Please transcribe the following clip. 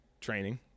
training